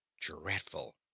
dreadful